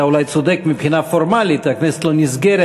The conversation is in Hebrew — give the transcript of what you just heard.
אתה אולי צודק מבחינה פורמלית, הכנסת לא נסגרת.